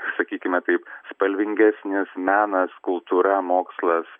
sakykime taip spalvingesnis menas kultūra mokslas